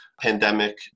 pandemic